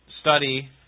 study